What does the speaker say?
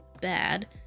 bad